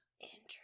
Interesting